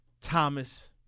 Thomas